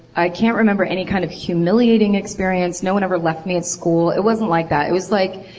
i can't remember any kind of humiliating experience, no one ever left me at school. it wasn't like that. it was like,